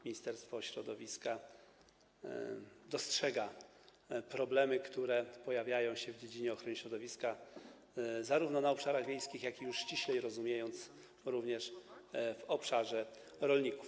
Ministerstwo Środowiska dostrzega problemy, które pojawiają się w dziedzinie ochrony środowiska, zarówno na obszarach wiejskich, jak i, ściślej rozumiejąc, u rolników.